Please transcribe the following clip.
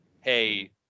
hey